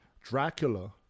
Dracula